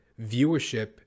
viewership